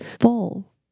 full